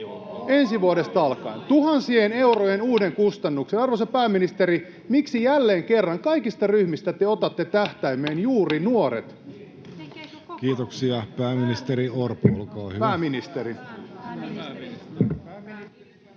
ensi vuodesta alkaen — tuhansien eurojen uuden kustannuksen. Arvoisa pääministeri, miksi jälleen kerran kaikista ryhmistä te otatte tähtäimeen juuri nuoret? Kiitoksia. — Pääministeri Orpo, olkaa hyvä. Arvoisa